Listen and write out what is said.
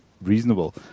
reasonable